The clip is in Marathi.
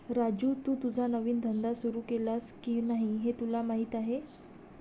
राजू, तू तुझा नवीन धंदा सुरू केलास की नाही हे तुला माहीत आहे